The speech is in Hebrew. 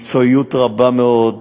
מקצועיות רבה מאוד,